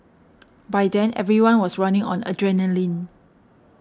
by then everyone was running on adrenaline